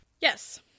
Yes